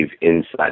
inside